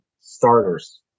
starters